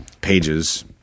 pages